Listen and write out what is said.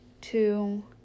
two